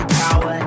power